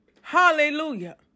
Hallelujah